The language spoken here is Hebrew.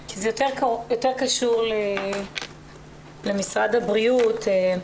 זה יותר קשור למשרד הבריאות.